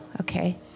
okay